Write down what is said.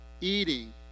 eating